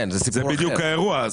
זה בדיוק האירוע.